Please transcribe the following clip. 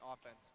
offense